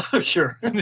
sure